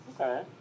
Okay